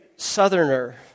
Southerner